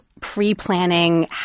pre-planning